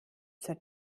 zur